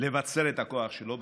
לבצר את הכוח שלו,